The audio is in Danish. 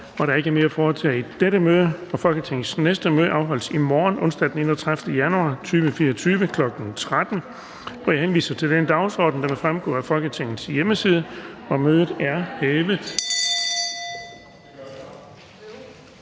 Der er ikke mere at foretage i dette møde. Folketingets næste møde afholdes i morgen, onsdag den 31. januar 2024, kl. 13.00. Jeg henviser til den dagsorden, der vil fremgå af Folketingets hjemmeside. Mødet er hævet.